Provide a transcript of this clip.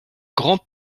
grand